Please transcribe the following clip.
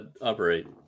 operate